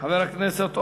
חבר הכנסת אורבך,